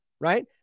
right